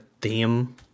theme